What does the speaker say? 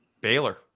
Baylor